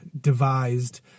devised